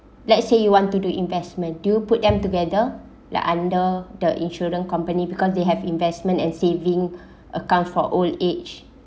let's say you want to do investment do you put them together like under the insurance company because they have investment and saving account for old age